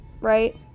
right